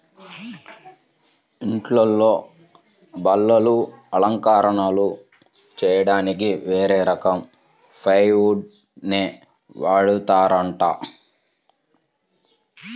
ఇంట్లో బల్లలు, అలంకరణలు చెయ్యడానికి వేరే రకం ప్లైవుడ్ నే వాడతారంట